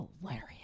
hilarious